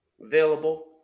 available